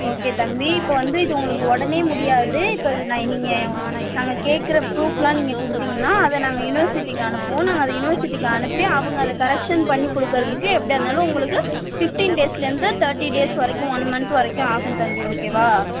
okay தம்பி இப்போ வந்து இது உங்களுக்கு உடனே முடியாது இப்போ இது நான் நீங்கள் நாங்கள் கேட்கற ப்ரூஃபெலாம் நீங்கள் கொடுத்தீங்கனா அதை நாங்கள் யுனிவர்சிட்டிக்கு அனுப்புவோம் நாங்கள் அது யுனிவர்சிட்டிக்கு அனுப்பி அவங்க அதை கரெக்ஷன் பண்ணி கொடுக்கறதுக்கு எப்படியா இருந்தாலும் உங்களுக்கு ஃபிஃப்ட்டின் டேஸ்லேருந்து தேட்டி டேஸ் வரைக்கும் ஒன் மந்த் வரைக்கும் ஆகும் தம்பி ஓகேவா